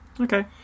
Okay